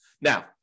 Now